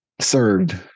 served